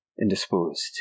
indisposed